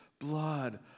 blood